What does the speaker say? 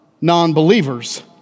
non-believers